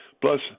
Plus